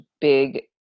big